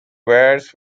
wires